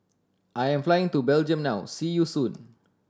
I am flying to Belgium now see you soon